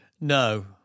No